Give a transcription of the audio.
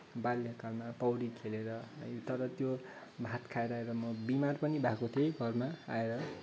बाल्यकालमा पौडी खेलेर है तर त्यो भात खाएर म बिमार पनि भएको थिएँ है घरमा आएर